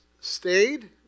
stayed